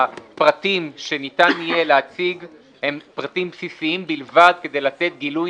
הפרטים שניתן יהיה להציג הם פרטים בסיסיים בלבד כדי לתת גילוי